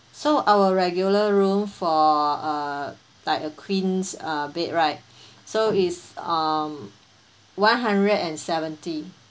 so our regular room for uh like a queen uh bed right so is um one hundred and seventy